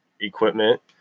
equipment